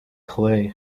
clay